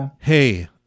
Hey